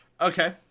Okay